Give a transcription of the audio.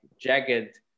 jagged